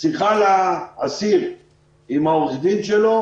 שיחה עם עורך הדין שלו,